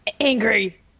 angry